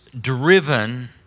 driven